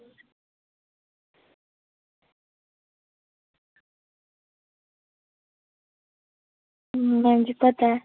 madam ji पता ऐ